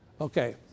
Okay